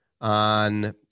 on